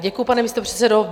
Děkuji, pane místopředsedo.